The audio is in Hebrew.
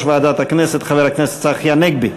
בשירות הצבאי,